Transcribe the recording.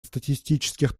статистических